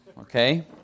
Okay